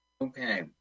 okay